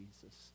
Jesus